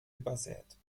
übersät